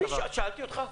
שאלתי אותך?